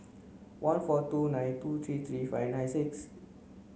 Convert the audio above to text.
one four two nine two three three five nine six